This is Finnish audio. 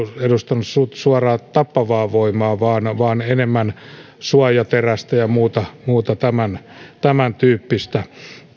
edustaneet suht suoraa tappavaa voimaa vaan enemmän suojaterästä ja muuta muuta tämäntyyppistä